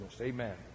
Amen